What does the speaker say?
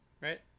right